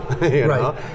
Right